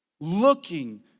looking